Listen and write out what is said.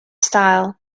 style